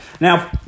Now